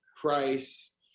price